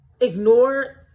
ignore